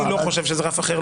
אני לא חושב שזה רף אחר.